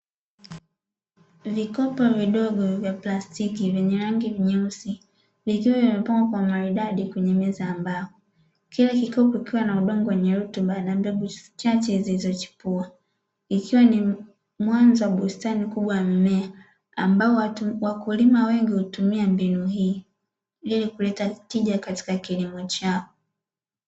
Vikopo vidogo vya plastiki vyenye rangi nyeusi, vikiwa vimepangwa kwa umaridadi kwenye meza ya mbao, kila kikopo kikiwa na udongo wenye rutuba na mbegu chache zilizochipua, ikiwa ni mwanzo wa bustani kubwa ya mimea ambao wakulima wengi hutumia mbinu hii ili kuleta tija katika kilimo chao.